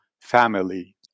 family